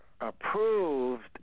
approved